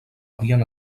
havien